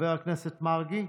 חבר הכנסת מרגי,